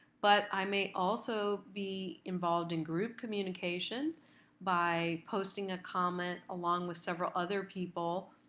but i may also be involved in group communication by posting a comment, along with several other people,